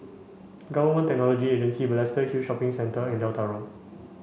Government Technology Agency Balestier Hill Shopping Centre and Delta Road